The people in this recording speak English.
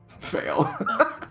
Fail